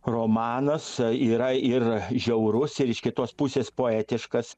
romanas yra ir žiaurus ir iš kitos pusės poetiškas